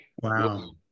wow